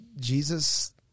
jesus